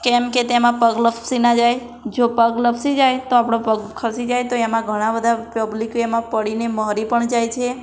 કેમ કે તેમાં પગ લપસી ના જાય જો પગ લપસી જાય તો આપણો પગ ખસી જાય તો એમાં ઘણા બધા પબ્લિક એમાં પડીને મરી પણ જાય છે